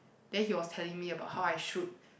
then he was telling me about how I should